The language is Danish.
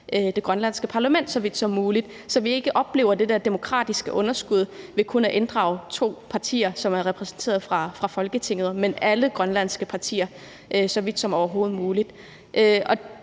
det grønlandske parlament så vidt muligt, så vi ikke oplever det der demokratiske underskud ved kun at inddrage to partier, som er repræsenteret i Folketinget, men alle grønlandske partier, så vidt som det overhovedet er muligt.